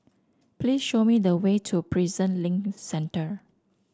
please show me the way to Prison Link Centre